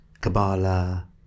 Kabbalah